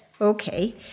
Okay